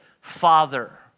father